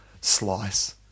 Slice